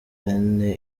bene